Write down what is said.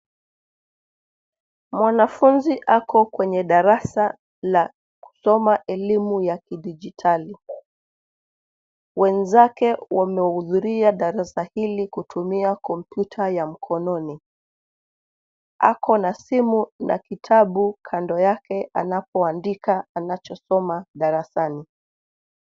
Mwanafunzi ako kwenye darasa la kusoma elimu ya kidijitali. Wenzake wamehudhuria darasa hili kutumia kompyuta ya mkononi. Ako na simu na kitabu kando yake, anapoandika anachosoma darasani.